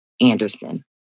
Anderson